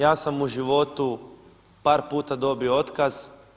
Ja sam u životu par puta dobio otkaz.